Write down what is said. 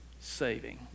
saving